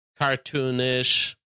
cartoonish